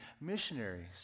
missionaries